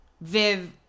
Viv